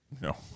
no